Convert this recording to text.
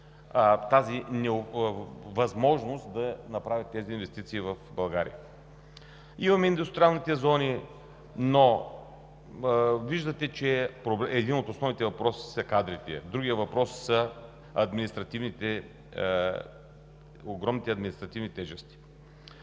в България, да направят тези инвестиции в България? Имаме индустриалните зони, но виждате, че един от основните въпроси са кадрите. Другият въпрос е огромните административни тежести.